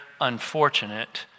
unfortunate